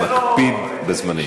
הוא מקפיד על זמנים.